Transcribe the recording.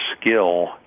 skill